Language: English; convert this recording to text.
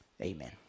Amen